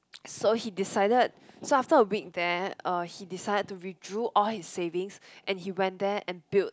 so he decided so after a week there uh he decided to withdrew all his savings and he went there and build